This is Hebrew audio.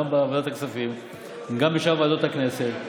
בוועדת הכספים וגם בשאר ועדות הכנסת,